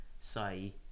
say